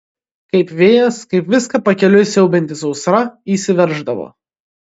kaip vėjas kaip viską pakeliui siaubianti sausra įsiverždavo